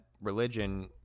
religion